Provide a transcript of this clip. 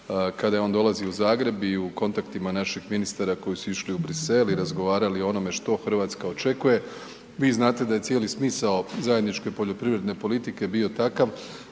kada je on dolazio u Zagreb i u kontaktima naših ministara koji su išli u Bruxelles i razgovarali o onome što Hrvatska očekuje. Vi znate da je cijeli smisao zajedničke poljoprivredne politike bio takav